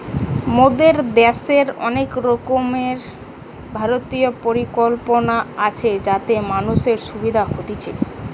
মোদের দ্যাশের অনেক রকমের ভারতীয় পরিকল্পনা আছে যাতে মানুষের সুবিধা হতিছে